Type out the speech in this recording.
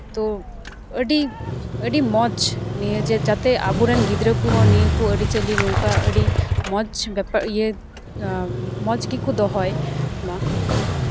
ᱛᱚ ᱟᱹᱰᱤ ᱟᱹᱰᱤ ᱢᱚᱡᱽ ᱡᱟᱛᱮ ᱟᱵᱚᱨᱮᱱ ᱜᱤᱫᱽᱨᱟᱹ ᱠᱚᱦᱚᱸ ᱱᱤᱭᱟᱹ ᱠᱚ ᱟᱹᱨᱤᱼᱪᱟᱹᱞᱤ ᱱᱚᱝᱠᱟ ᱟᱹᱰᱤ ᱢᱚᱡᱽ ᱵᱮᱯᱟᱨ ᱢᱚᱡᱽ ᱜᱮᱠᱚ ᱫᱚᱦᱚᱭ ᱢᱟ